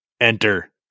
enter